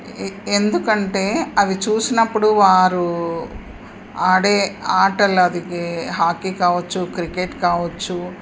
ఎందుకంటే అవి చూసినప్పుడు వారు ఆడే ఆటలు అది హాకీ కావచ్చు క్రికెట్ కావచ్చు